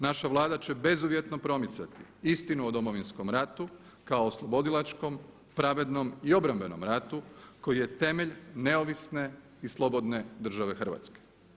Naša Vlada će bezuvjetno promicati istinu o Domovinskom ratu kao o oslobodilačkom, pravednom i obrambenom ratu koji je temelj neovisne i slobodne države Hrvatske.